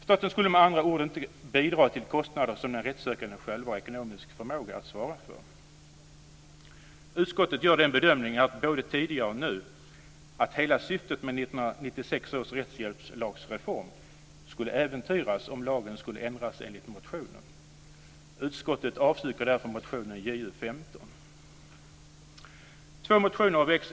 Staten skulle med andra ord inte bidra till kostnader som den rättssökande själv hade ekonomisk förmåga att svara för. Utskottet gör den bedömningen, både tidigare och nu, att hela syftet med 1996 års rättshjälpslagsreform skulle äventyras om lagen skulle ändras enligt motionen.